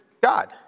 God